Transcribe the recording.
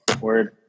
word